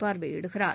பார்வையிடுகிறார்